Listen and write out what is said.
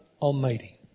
Almighty